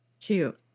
Cute